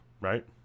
right